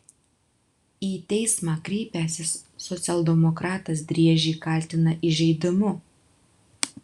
į teismą kreipęsis socialdemokratas driežį kaltina įžeidimu